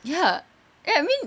ya ya I mean